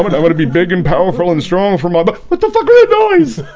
um and i'm gonna be big and powerful and strong for my but but boys